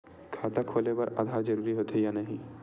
खाता खोले बार आधार जरूरी हो थे या नहीं?